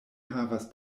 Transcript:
havas